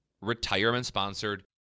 retirement-sponsored